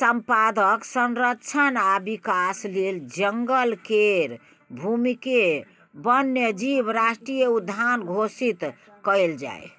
संपदाक संरक्षण आ विकास लेल जंगल केर भूमिकेँ वन्य जीव राष्ट्रीय उद्यान घोषित कएल जाए